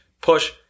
push